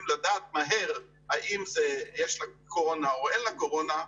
לדעת מהר האם יש לה קורונה או אין לה קורונה,